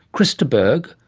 chris de burgh,